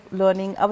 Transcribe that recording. learning